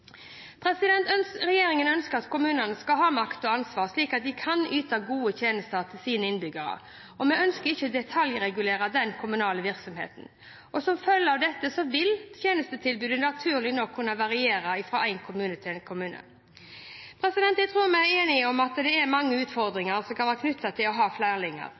for pårørende. Regjeringen ønsker at kommunene skal ha makt og ansvar, slik at de kan yte gode tjenester til sine innbyggere. Vi ønsker ikke å detaljregulere den kommunale virksomheten. Som følge av dette vil tjenestetilbudet naturlig nok kunne variere fra kommune til kommune. Jeg tror vi er enige om at det er mange utfordringer som kan være knyttet til å ha